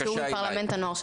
שהוא מפרלמנט הנוער שלנו.